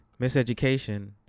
Miseducation